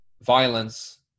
violence